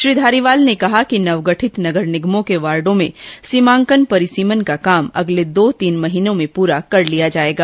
श्री धारीवाल ने कहा कि नवगठित नगर निगमों के वार्डों के सीमांकन परिसीमन का काम दो तीन महीने में पूरा कर लिया जाएगा